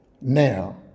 now